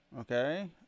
Okay